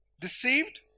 Deceived